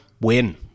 Win